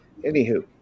anywho